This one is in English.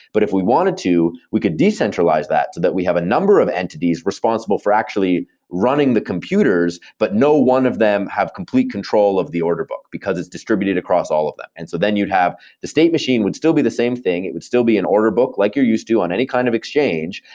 but if we wanted to, we could decentralize that so that we have a number of entities responsible for actually running the computers, but no one of them have complete control of the order book, because it is distributed across all of them. and so then you'd have the state machine would still be the same thing. it would still be an order book like you're used to on any kind of exchange,